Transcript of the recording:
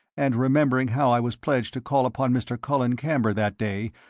and remembering how i was pledged to call upon mr. colin camber that day,